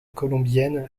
colombienne